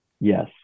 yes